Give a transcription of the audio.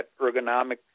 ergonomic